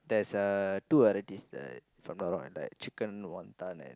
there's uh two varieties the chicken wanton and